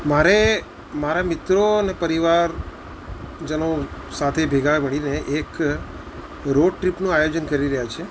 મારે મારા મિત્રોને પરિવારજનો સાથે ભેગા મળીને એક રોડ ટ્રીપનું આયોજન કરી રહ્યા છે